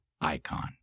icon